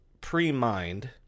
pre-mined